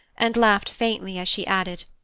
and laughed faintly as she added,